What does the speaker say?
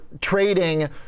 trading